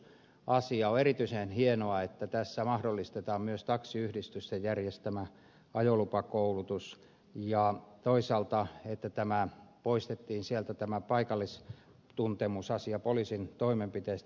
on erityisen hienoa että tässä mahdollistetaan myös taksiyhdistysten järjestämä ajolupakoulutus ja toisaalta se että tämä poistettiin sieltä tämä paikallistuntemusasia poliisin toimenpiteistä